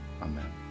Amen